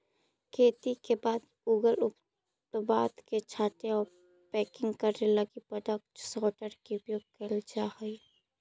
खेती के बाद उगल उत्पाद के छाँटे आउ पैकिंग करे लगी प्रोडक्ट सॉर्टर के उपयोग कैल जा हई